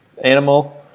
animal